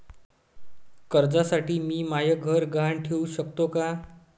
कर्जसाठी मी म्हाय घर गहान ठेवू सकतो का